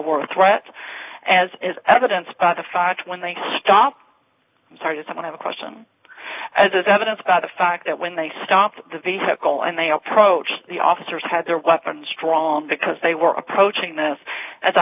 a threat as is evidenced by the fact when they stopped and started someone had a question as is evidenced by the fact that when they stopped the vehicle and they approached the officers had their weapons drawn because they were approaching this as a